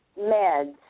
meds